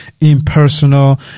impersonal